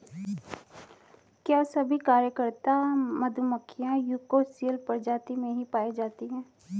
क्या सभी कार्यकर्ता मधुमक्खियां यूकोसियल प्रजाति में ही पाई जाती हैं?